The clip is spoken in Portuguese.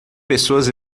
pessoas